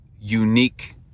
unique